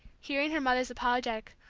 hearing her mother's apologetic,